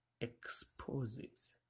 exposes